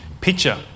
picture